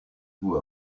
vous